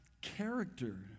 character